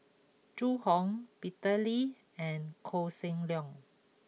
Zhu Hong Peter Lee and Koh Seng Leong